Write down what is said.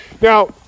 Now